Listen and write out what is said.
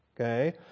Okay